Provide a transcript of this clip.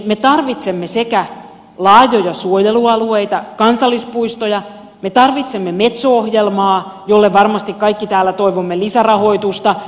me tarvitsemme sekä laajoja suojelualueita kansallispuistoja me tarvitsemme metso ohjelmaa jolle varmasti kaikki täällä toivomme lisärahoitusta